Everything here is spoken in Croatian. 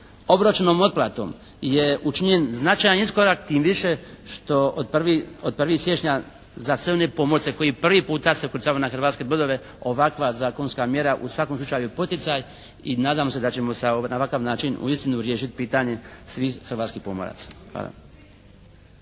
obračunom otplatom je učinjen značajan iskorak tim više što od 1. siječnja za sve one pomorce koji prvi puta se ukrcavaju na hrvatske brodove ovakva zakonska mjera u svakom slučaju je poticaj i nadam se da ćemo sa, na ovakav način uistinu riješiti pitanje svih hrvatskih pomoraca.